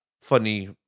funny